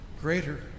greater